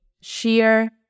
sheer